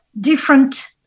different